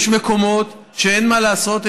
יש מקומות שבהם אין מה לעשות,